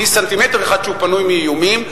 בלי סנטימטר אחד שפנוי מאיומים,